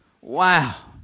Wow